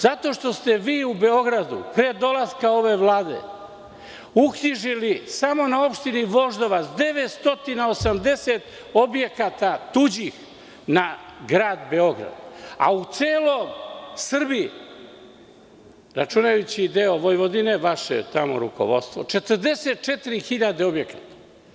Zato što ste vi u Beogradu pre dolaska ove vlade uknjižili samo na opštini Voždovac 980 objekata tuđih na Grad Beograd, a u celoj Srbiji, računajući i deo Vojvodine, vaše je tamo rukovodstvo, 44.000 objekata.